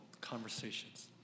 conversations